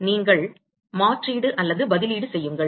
நீங்கள் மாற்றீடு செய்யுங்கள்